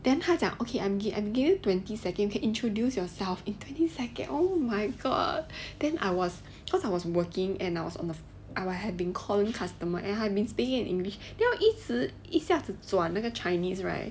then 他讲 okay I'm giving giving you twenty second can introduce yourself in twenty second oh my god then I was cause I was working and I was on the phone I would have been calling customer and I've been speaking in english then 要一下子转那个 chinese right